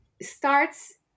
starts